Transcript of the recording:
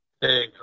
Hey